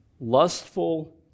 Lustful